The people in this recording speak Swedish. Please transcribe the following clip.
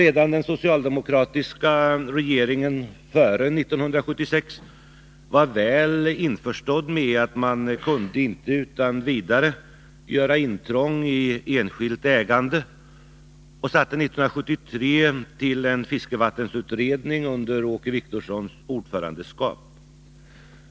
Redan den socialdemokratiska regeringen före 1976 var väl införstådd med att man inte utan vidare kunde göra intrång i enskilt ägande och tillsatte 1973 en fiskevattensutredning under Åke Wictorssons ordförandeskap.